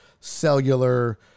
cellular